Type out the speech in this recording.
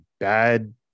Bad